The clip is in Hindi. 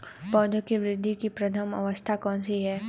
पौधों की वृद्धि की प्रथम अवस्था कौन सी है?